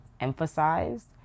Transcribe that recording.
emphasized